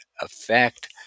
affect